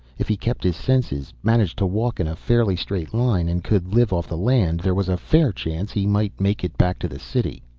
if he kept his senses, managed to walk in a fairly straight line and could live off the land, there was a fair chance he might make it back to the city.